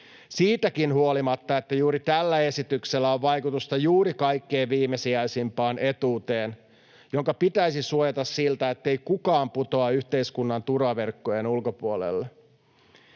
siitäkin huolimatta, että juuri tällä esityksellä on vaikutusta kaikkein viimesijaisimpaan etuuteen, jonka pitäisi suojata siltä, ettei kukaan putoa yhteiskunnan turvaverkkojen ulkopuolelle.